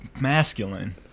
masculine